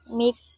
make